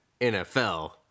NFL